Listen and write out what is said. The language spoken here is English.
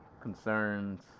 concerns